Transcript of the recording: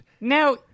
Now